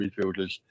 midfielders